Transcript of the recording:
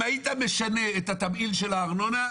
אם היית משנה את התמהיל של הארנונה,